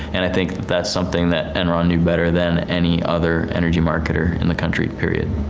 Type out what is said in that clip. and i think that's something that enron knew better than any other energy marketer in the country, period.